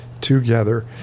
together